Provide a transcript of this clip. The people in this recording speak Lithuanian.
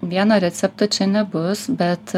vieno recepto čia nebus bet